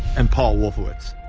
and paul wolfowitz.